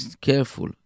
careful